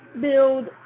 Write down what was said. build